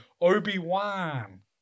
Obi-Wan